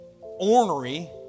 ornery